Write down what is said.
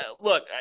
look